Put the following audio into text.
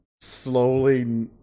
slowly